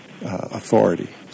authority